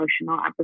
emotional